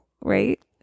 right